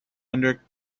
under